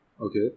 okay